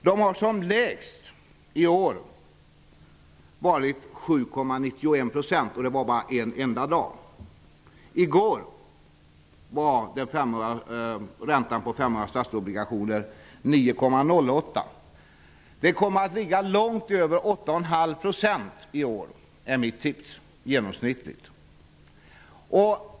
De har som lägst i år varit 7,91 %, och det var bara en enda dag. I går var räntan på femåriga statsobligationer 9,08 %. Den kommer att ligga långt över 8,5 % i genomsnitt i år, enligt mitt tips.